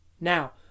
Now